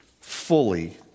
fully